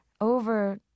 over